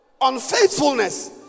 Unfaithfulness